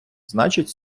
значить